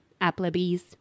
Applebee's